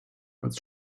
als